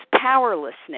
powerlessness